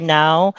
now